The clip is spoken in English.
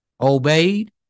obeyed